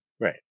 right